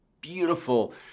beautiful